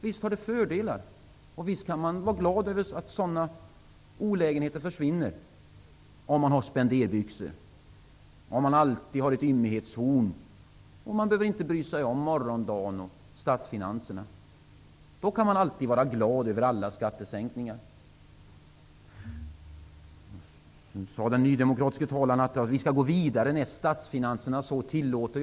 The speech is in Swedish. Visst finns det fördelar, och visst kan man vara glad över att olägenheter försvinner -- om man har spenderbyxor och ymnighetshorn, om man inte behöver bry sig om morgondagen och statsfinanserna. Då kan man alltid vara glad över alla skattesänkningar. Så sade den nydemokratiske talaren: Vi skall gå vidare, när statsfinanserna så tillåter.